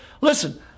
Listen